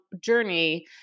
journey